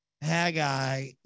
Haggai